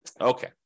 Okay